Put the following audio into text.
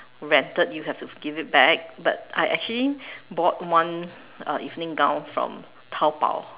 rented you have to give it back but I actually bought one uh evening gown from Taobao